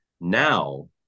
Now